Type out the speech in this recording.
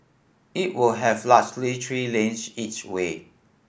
it will have largely three lanes each way